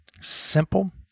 simple